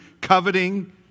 coveting